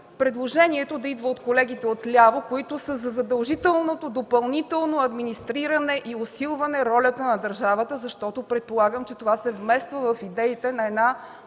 предложението да идва от колегите от ляво, които са за задължителното допълнително администриране и усилване на ролята на държавата, защото предполагам, че това се вмества в идеите на една